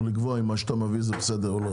לקבוע אם מה שאתה מביא זה בסדר או לא,